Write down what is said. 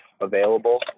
available